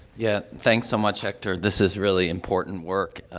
yeah. thanks so much, hector, this is really important work, ah,